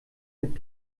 mit